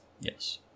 Yes